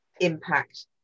impact